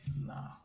Nah